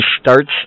starts